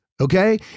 Okay